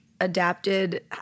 adapted